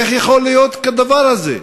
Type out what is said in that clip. איך יכול להיות כדבר הזה?